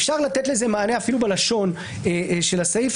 אפשר לתת לזה מענה אפילו בלשון של הסעיף,